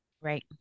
Right